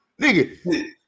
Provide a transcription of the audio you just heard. Nigga